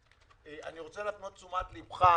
אני רוצה להפנות את תשומת לבך,